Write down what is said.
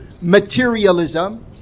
materialism